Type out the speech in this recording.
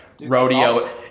rodeo